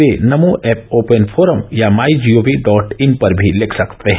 वे Namo app open forum या my G O V dot in पर भी लिख सकते हैं